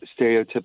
stereotypical